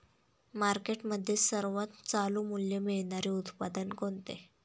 मार्केटमध्ये सर्वात चालू मूल्य मिळणारे उत्पादन कोणते?